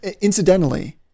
Incidentally